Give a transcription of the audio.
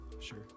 Sure